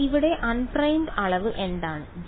അപ്പോൾ ഇവിടെ അൺപ്രൈംഡ് അളവ് എന്താണ്